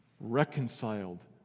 reconciled